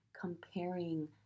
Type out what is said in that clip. comparing